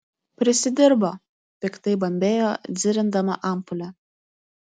prisidirbo piktai bambėjo dzirindama ampulę